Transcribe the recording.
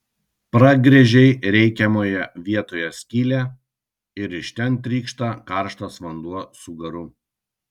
pragręžei reikiamoje vietoje skylę ir iš ten trykšta karštas vanduo su garu